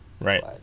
Right